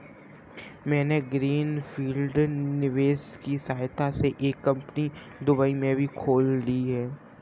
मैंने green field निवेश की सहायता से एक कंपनी दुबई में भी खोल ली है